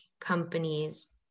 companies